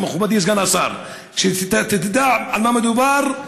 מכובדי סגן השר, שתדע על מה מדובר,